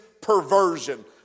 perversion